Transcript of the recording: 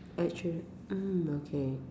actually mm okay